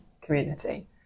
community